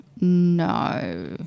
No